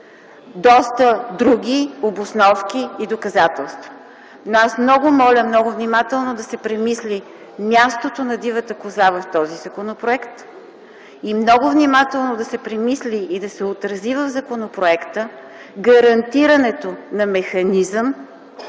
доста други обосновки и доказателства. Но аз много моля много внимателно да се премисли мястото на дивата коза в този законопроект и много внимателно да се премисли и да се отрази в законопроекта гарантирането на механизъм,